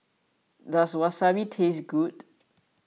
does Wasabi taste good